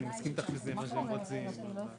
אני מחדש את הישיבה אחרי ההתייעצות הבין-סיעתית וממשלתית.